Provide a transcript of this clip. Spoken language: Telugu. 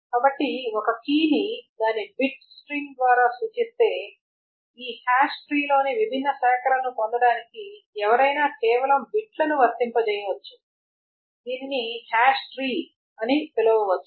కాబట్టి ఒక కీ ని దాని బిట్ స్ట్రింగ్ ద్వారా సూచిస్తే ఈ హాష్ ట్రీ లోని విభిన్న శాఖలను పొందడానికి ఎవరైనా కేవలం బిట్లను వర్తింపజేయవచ్చు దీనిని హష్ ట్రీ అని పిలవవచ్చు